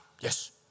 Yes